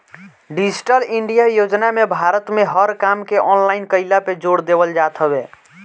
digital India योजना में भारत में हर काम के ऑनलाइन कईला पे जोर देवल जात हवे